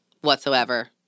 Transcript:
whatsoever